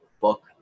book